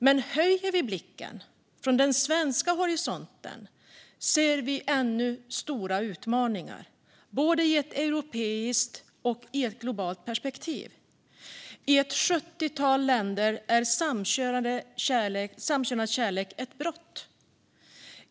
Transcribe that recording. Men höjer vi blicken från den svenska horisonten ser vi ännu stora utmaningar, både i ett europeiskt och i ett globalt perspektiv. I ett sjuttiotal länder är samkönad kärlek ett brott.